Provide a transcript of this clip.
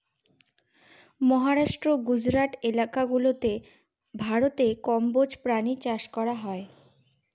মহারাষ্ট্র, গুজরাট এলাকা গুলাতে ভারতে কম্বোজ প্রাণী চাষ করা হয়